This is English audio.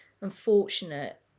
unfortunate